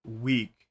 week